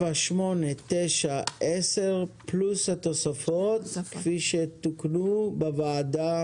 7, 8, 9, 10 ועל התוספות כפי שתוקנו בוועדה.